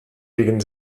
gegen